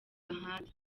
ahandi